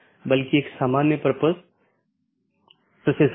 और EBGP में OSPF इस्तेमाल होता हैजबकि IBGP के लिए OSPF और RIP इस्तेमाल होते हैं